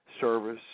service